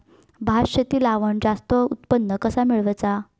भात शेती लावण जास्त उत्पन्न कसा मेळवचा?